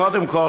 קודם כול,